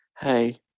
hey